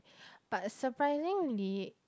but surprisingly